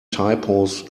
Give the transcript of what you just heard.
typos